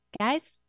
Guys